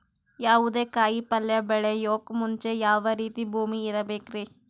ಯಾವುದೇ ಕಾಯಿ ಪಲ್ಯ ಬೆಳೆಯೋಕ್ ಮುಂಚೆ ಯಾವ ರೀತಿ ಭೂಮಿ ಇರಬೇಕ್ರಿ?